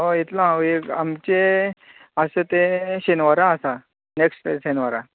हय इतलो हांव आमचे आसा ते शेनवारा आसा न्केस्ट शेनवारा